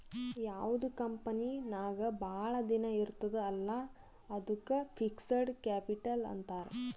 ಯಾವ್ದು ಕಂಪನಿ ನಾಗ್ ಭಾಳ ದಿನ ಇರ್ತುದ್ ಅಲ್ಲಾ ಅದ್ದುಕ್ ಫಿಕ್ಸಡ್ ಕ್ಯಾಪಿಟಲ್ ಅಂತಾರ್